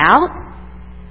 out